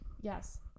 Yes